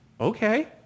Okay